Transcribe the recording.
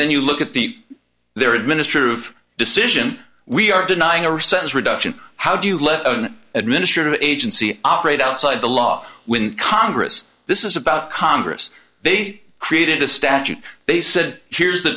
then you look at the their administrative decision we are denying ourselves reduction how do you let an administrative agency operate outside the law when congress this is about congress they created a statute they said here's the